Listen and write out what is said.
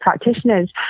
practitioners